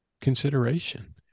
consideration